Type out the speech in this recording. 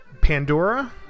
Pandora